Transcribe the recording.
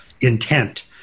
intent